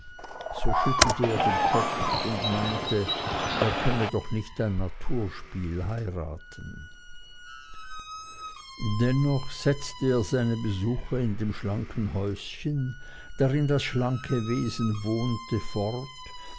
so schüttelte er den kopf und meinte er könne doch nicht ein naturspiel heiraten dennoch setzte er seine besuche in dem schlanken häuschen drin das schlanke wesen wohnte fort